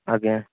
ଆଜ୍ଞା